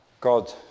God